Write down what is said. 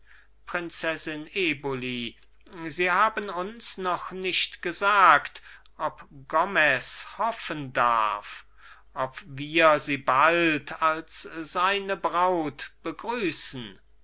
prinzessin eboli sie haben uns noch nicht gesagt ob gomez hoffen darf ob wir sie bald als seine braut begrüßen